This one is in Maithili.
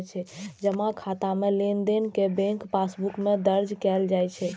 जमा खाता मे लेनदेन कें बैंक पासबुक मे दर्ज कैल जाइ छै